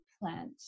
plant